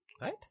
Right